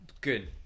Good